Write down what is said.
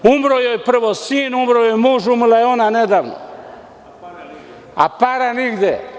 Umro joj je prvo sin, umro joj muž, umrla je on nedavno, a para nigde.